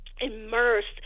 immersed